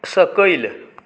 सकयल